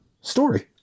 story